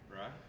Right